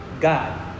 God